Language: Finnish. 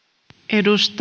arvoisa